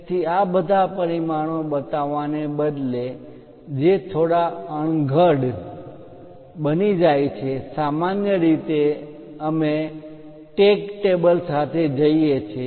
તેથી આ બધા પરિમાણો બતાવવા ને બદલે જે થોડા અણઘડ યોગ્ય ન લાગે તેવા બની જાય છે સામાન્ય રીતે અમે ટેગ ટેબલ સાથે જઈએ છીએ